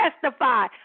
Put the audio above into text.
testify